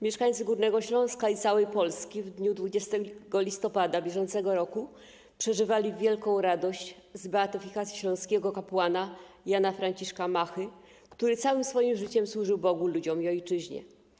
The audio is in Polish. Mieszkańcy Górnego Śląska i całej Polski w dniu 20 listopada br. przeżywali wielką radość z beatyfikacji śląskiego kapłana Jana Franciszka Machy, który całym swoim życiem służył Bogu, ludziom i ojczyźnie.